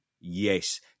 Yes